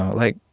like,